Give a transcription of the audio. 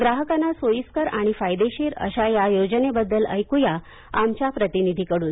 ग्राहकांना सोयीस्कर आणि फायदेशीर अश्या या योजनेबद्दल ऐकू या आमच्या प्रतिनिधीकडून